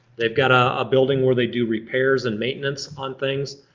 they've got a ah building where they do repairs and maintenance on things.